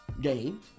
game